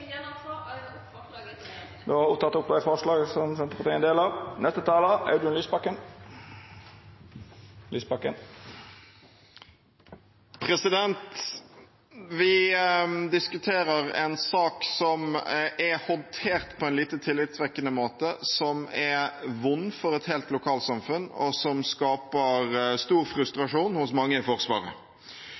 Vi diskuterer en sak som er håndtert på en lite tillitvekkende måte, som er vond for et helt lokalsamfunn, og som skaper stor frustrasjon hos mange i Forsvaret.